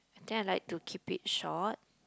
then I like to keep it short